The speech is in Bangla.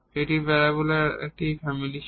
এটি প্যারাবোলার একটি ফ্যামিলি ছিল